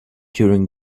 during